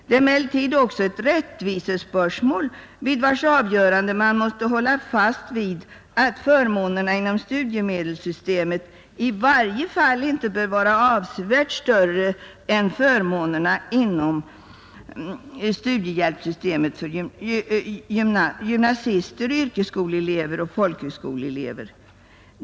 Det är emellertid också ett rättvisespörsmål, vid vars avgörande man måste hålla fast vid att förmånerna inom studiemedelssystemet i varje fall inte bör vara avsevärt större än förmånerna inom studiehjälpssystemet för gymnasister, yrkesskoleelever och folkhögskoleelever.